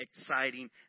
exciting